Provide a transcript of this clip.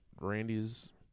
Randy's